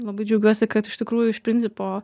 labai džiaugiuosi kad iš tikrųjų iš principo